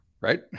Right